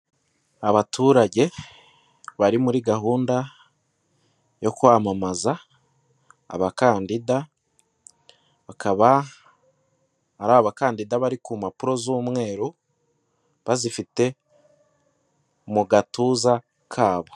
Abaturage bari muri gahunda yo kwamamaza abakandida, bakaba ari abakandida bari ku mpapuro z'umweru, bazifite mu gatuza kabo.